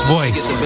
Voice